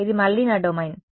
ఇది మళ్లీ నా డొమైన్